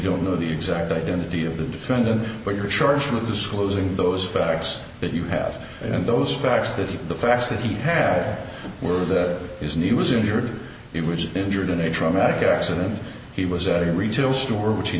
don't know the exact identity of the defendant but you're charged with disclosing those facts that you have and those facts that even the facts that he had were that is new was injured or it was injured in a traumatic accident he was at a retail store which he